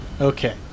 Okay